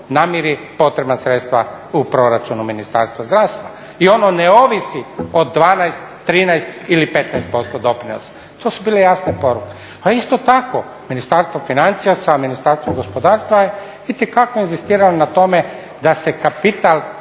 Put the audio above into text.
namiri potrebna sredstva u proračunu Ministarstva zdravstva i ono ne ovisi o 12, 13 ili 15% doprinosa. To su bile jasne poruke. A isto tako, Ministarstvo financija sa Ministarstvom gospodarstva je itekako inzistiralo na tome da se kapital